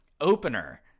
opener